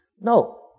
No